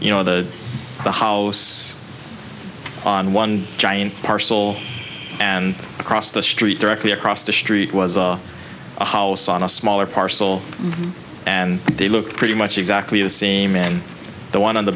you know the the house on one giant parcel and across the street directly across the street was a house on a smaller parcel and they look pretty much exactly the same in the one on the